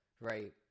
right